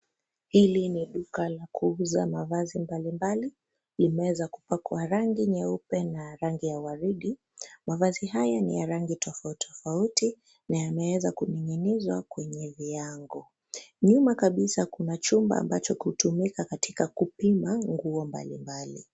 Hili ni duka la kuuza mavazi mbalimbali, imeweza kupakwa rangi nyeupe na rangi ya waridi, mavazi haya ni ya rangi tofauti tofauti, na yameweza kuning'inizwa kwenye viango, nyumba kabisa kuna chumba ambacho hutumika katika kupima nguo mbalimbali.